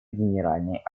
генеральной